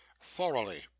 thoroughly